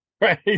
Right